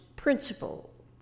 Principle